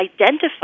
identify